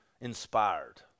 inspired